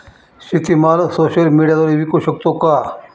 शेतीमाल सोशल मीडियाद्वारे विकू शकतो का?